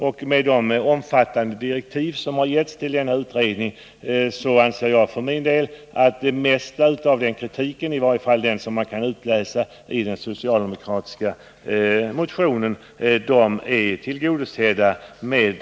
Genom att omfattande direktiv har getts till denna utredning anser jag för min del att det mesta av kraven — i vaje fall i den kritik man kan utläsa av den socialdemokratiska motionen — är tillgodosedda.